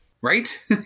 Right